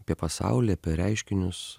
apie pasaulį apie reiškinius